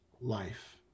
life